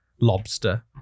lobster